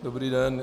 Dobrý den.